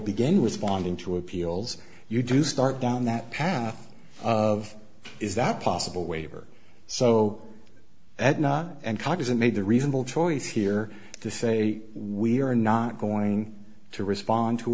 with ponding two appeals you do start down that path of is that possible waiver so that not and cognizant made the reasonable choice here to say we are not going to respond to